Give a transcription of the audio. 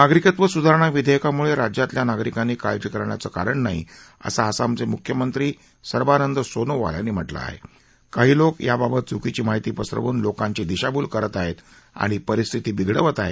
नागरिकत्व सुधारणा विध्यकामुळजिज्यातल्या नागरिकांनी काळजी करण्याचं कारण नाही असं आसामच मुिख्यमंत्री सर्वानंद सोनोवाल यांनी म्हटलं आह काही लोक याबाबत चुकीची माहिती पसरवून लोकांची दिशाभूल करीत आहस्त आणि परिस्थिती बिघडवत आहेत